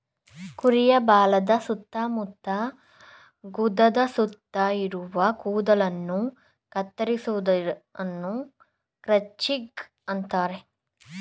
ಕುರಿಯ ಬಾಲದ ಸುತ್ತ ಮತ್ತು ಗುದದ ಸುತ್ತ ಇರುವ ಕೂದಲನ್ನು ಕತ್ತರಿಸುವುದನ್ನು ಕ್ರಚಿಂಗ್ ಅಂತರೆ